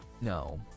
no